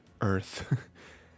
earth